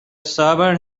sobered